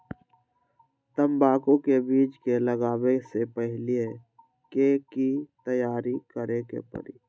तंबाकू के बीज के लगाबे से पहिले के की तैयारी करे के परी?